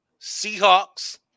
Seahawks